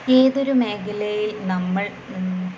ഏതൊരു മേഖലയിൽ നമ്മൾ